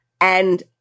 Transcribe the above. And-